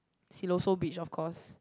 Siloso Beach of course